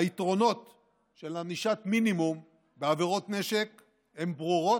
היתרונות של ענישת מינימום בעבירות נשק הם ברורים,